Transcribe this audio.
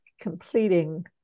completing